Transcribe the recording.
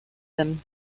them